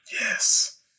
Yes